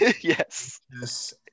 Yes